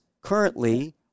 currently